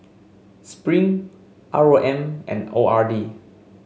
Spring R O M and O R D